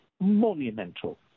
monumental